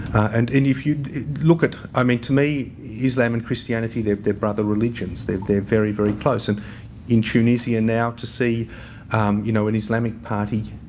and if you look at i mean to me islam and christianity they're they're brother religions. they're they're very, very close. and in tunisia now to see you know an islamic party